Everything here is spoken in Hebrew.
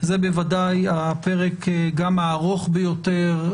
זה בוודאי הפרק גם הארוך ביותר,